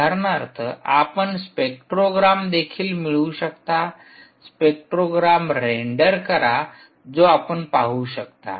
उदाहरणार्थ आपण स्पेक्ट्रोग्राम देखील मिळवू शकता स्पेक्ट्रोग्राम रेंडर करा जो आपण पाहू शकता